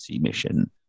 mission